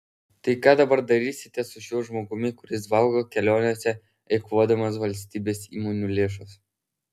tai ką dabar darysite su šiuo žmogumi kuris valgo kelionėse eikvodamas valstybės įmonių lėšas